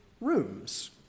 rooms